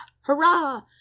Hurrah